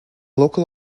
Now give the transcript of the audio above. local